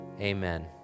amen